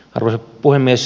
arvoisa puhemies